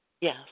Yes